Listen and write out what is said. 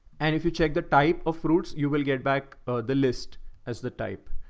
and if you check the type of fruits, you will get back the list as the type.